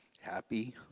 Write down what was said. happy